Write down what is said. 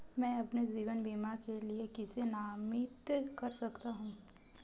मैं अपने जीवन बीमा के लिए किसे नामित कर सकता हूं?